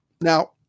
Now